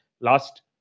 Last